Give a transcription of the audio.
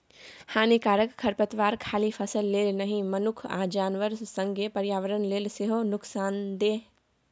हानिकारक खरपात खाली फसल लेल नहि मनुख आ जानबर संगे पर्यावरण लेल सेहो नुकसानदेह